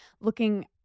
looking